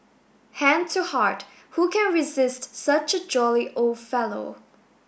hand to heart who can resist such a jolly old fellow